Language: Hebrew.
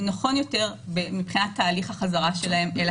נכון יותר מבחינת תהליך החזרה שלהם אל החברה.